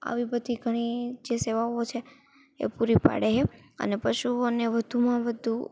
આવી બધી ઘણી જે સેવાઓ છે એ પૂરી પાડે છે અને પશુઓને વધુમાં વધુ